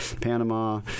panama